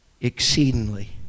exceedingly